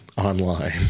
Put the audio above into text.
Online